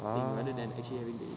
ah